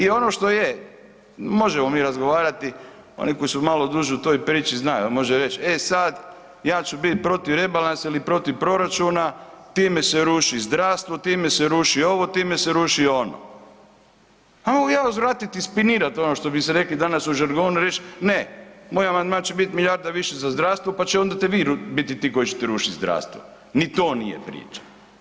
E, i ono što je, možemo mi razgovarati, oni koji su malo duže u toj priči, znaju, oni mogu reći „e sad ja ću biti protiv rebalansa ili protiv proračuna, time se ruši zdravstva, time se ruši ovo, time se ruši ono“, ... ja uzvratiti i spinirat ono što bi se reklo danas u žargonu i reć „ne, moj amandman će biti milijarda više za zdravstvo pa ćete onda vi biti ti koji ćete rušiti zdravstvo“, ni to nije priča.